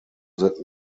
that